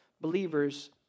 believers